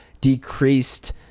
decreased